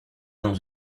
dans